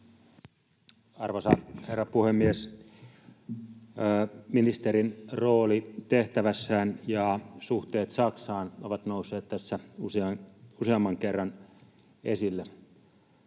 Arvoisa herra puhemies! Ministerin rooli tehtävässään ja suhteet Saksaan ovat nousseet tässä useamman kerran esille.